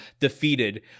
defeated